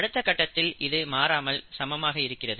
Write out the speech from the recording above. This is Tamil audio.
அடுத்த கட்டத்தில் இது மாறாமல் சமமாக இருக்கிறது